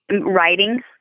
writing